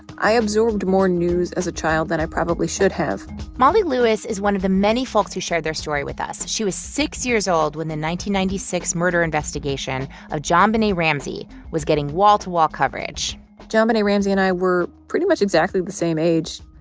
i absorbed more news as a child than i probably should have molly lewis is one of the many folks who shared their story with us. she was six years old when the ninety ninety six murder investigation of jonbenet ramsey was getting wall-to-wall coverage jonbenet ramsey and i were pretty much exactly the same age.